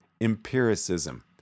empiricism